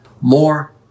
more